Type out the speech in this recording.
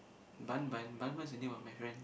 Bun Bun Bun Bun is the name of my friend